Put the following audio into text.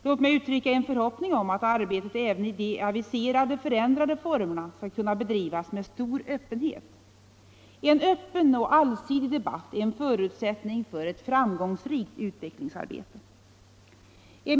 Låt mig uttrycka en förhoppning om att arbetet även i de aviserade förändrade formerna kommer att bedrivas med stor öp 23 ens framtida inriktning penhet. En öppen och allsidig debatt är en förutsättning för ett framgångsrikt utvecklingsarbete.